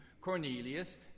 Cornelius